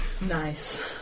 Nice